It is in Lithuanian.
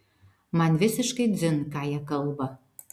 man visiškai dzin ką jie kalba